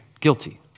guilty